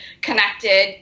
connected